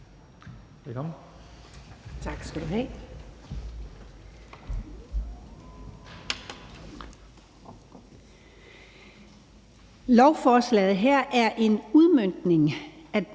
Lovforslaget her er en udmøntning